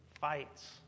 fights